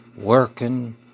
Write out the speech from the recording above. working